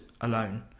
alone